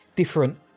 different